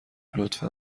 لطفا